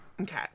Okay